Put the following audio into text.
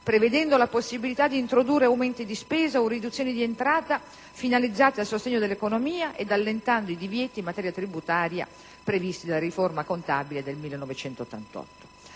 prevedendo la possibilità di introdurre aumenti di spesa o riduzioni di entrata finalizzati al sostegno dell'economia ed allentando i divieti in materia tributaria previsti dalla riforma contabile del 1988.